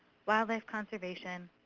wildlife conservation,